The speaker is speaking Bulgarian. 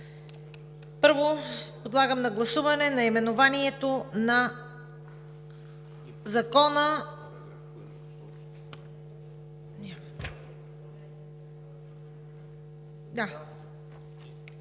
Първо подлагам на гласуване наименованието на Закона.